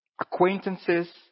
acquaintances